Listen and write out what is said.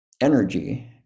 energy